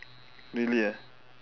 really ah